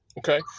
okay